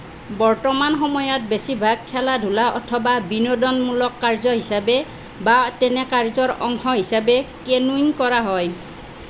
বৰ্তমান সময়ত বেছিভাগ খেলা ধূলা অথবা বিনোদনমূলক কাৰ্য্য হিচাপে বা তেনে কাৰ্য্যৰ অংশ হিচাপে কেনুইং কৰা হয়